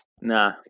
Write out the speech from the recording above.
Nah